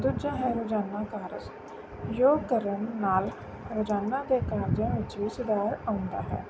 ਦੂਜਾ ਹੈ ਰੋਜ਼ਾਨਾ ਕਾਰਜ ਯੋਗ ਕਰਨ ਨਾਲ ਰੋਜ਼ਾਨਾ ਦੇ ਕਾਰਜਾਂ ਵਿੱਚ ਵੀ ਸੁਧਾਰ ਆਉਂਦਾ ਹੈ